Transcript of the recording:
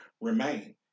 remain